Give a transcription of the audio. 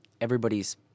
everybody's